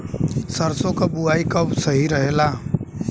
सरसों क बुवाई कब सही रहेला?